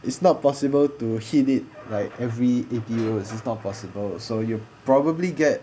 it's not possible to hit it like every eighty rolls it's not possible so you probably get